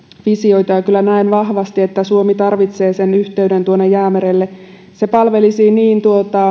visioita kyllä näen vahvasti että suomi tarvitsee sen yhteyden jäämerelle se palvelisi niin